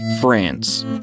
France